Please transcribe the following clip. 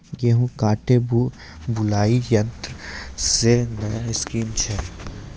गेहूँ काटे बुलाई यंत्र से नया स्कीम छ?